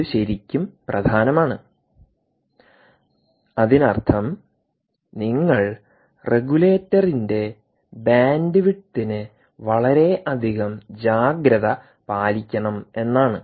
ഇത് ശരിക്കും പ്രധാനമാണ് അതിനർത്ഥം നിങ്ങൾ റെഗുലേറ്ററിന്റെ ബാൻഡ്വിഡ്ത്തിന് വളരെയധികം ജാഗ്രത പാലിക്കണമെന്നാണ്